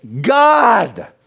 God